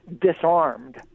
Disarmed